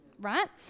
right